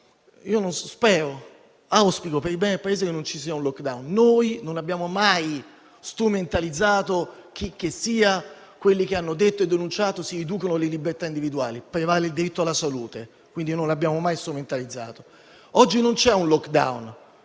franchezza: auspico per il bene del Paese che non ci sia un *lockdown*. Noi non abbiamo mai strumentalizzato alcunché, come quelli che hanno detto e denunciato che si riducono le libertà individuali. Prevale il diritto alla salute, quindi non l'abbiamo mai strumentalizzato. Oggi non c'è un *lockdown*,